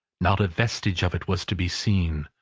not a vestige of it was to be seen.